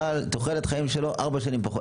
תוחלת החיים שלו ארבע שנים פחות,